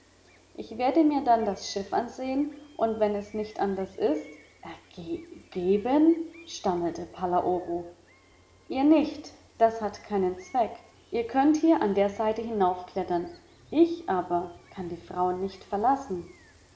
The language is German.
ich werde mir dann das schiff ansehen und wenn es nicht anders ist ergeben stammelte palaoro ihr nicht das hat keinen zweck ihr könnt hier an der seite hinaufklettern ich aber kann die frauen nicht verlassen